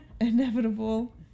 Inevitable